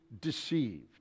deceived